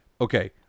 okay